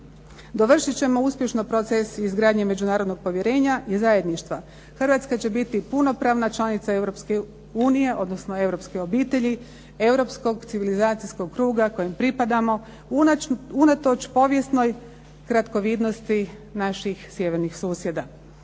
Dovršit ćemo uspješno proces izgradnje međunarodnog povjerenja i zajedništva. Hrvatska će biti punopravna članica Europske unije, odnosno europske obitelji, europskog civilizacijskog kruga kojem pripadamo, unatoč povijesnoj kratkovidnosti našim sjevernih susjeda.